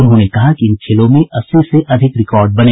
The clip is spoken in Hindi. उन्होंने कहा कि इन खेलों में अस्सी से ज्यादा रिकॉर्ड बने